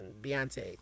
Beyonce